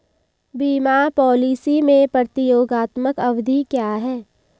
बीमा पॉलिसी में प्रतियोगात्मक अवधि क्या है?